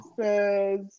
says